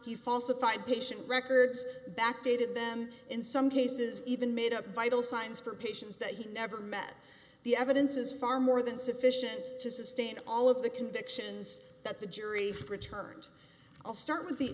he falsified patient records backdated them in some cases even made up vital signs for patients that he never met the evidence is far more than sufficient to sustain all of the convictions that the jury returned i'll start with the